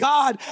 God